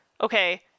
Okay